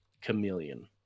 chameleon